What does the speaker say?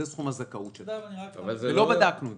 זה סכום הזכאות שלך ולא בדקנו אותו.